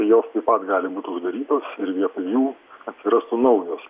jos taip pat gali būt uždarytos ir vietoj jų atsirastų naujos